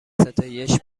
ستایش